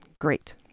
Great